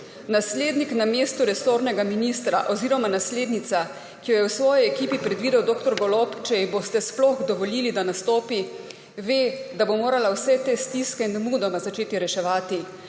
Naslednik na mestu resornega ministra oziroma naslednica, ki jo je v svoji ekipi predvidel dr. Golob, če ji boste sploh dovolili, da nastopi, ve, da bo morala vse te stiske nemudoma začeti reševati